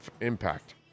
impact